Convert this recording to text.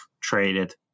traded